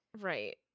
right